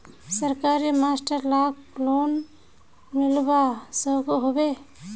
सरकारी मास्टर लाक लोन मिलवा सकोहो होबे?